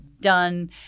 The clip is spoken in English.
done